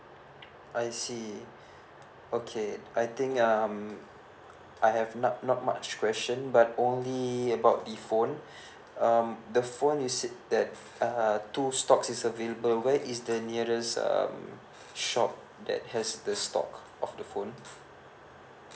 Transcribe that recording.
I see okay I think um I have not not much question but only about the phone um the phone you said that uh two stock is available where is the nearest um shop that has the stock of the phone